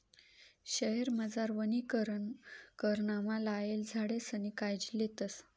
शयेरमझार वनीकरणमा लायेल झाडेसनी कायजी लेतस